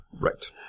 Right